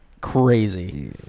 crazy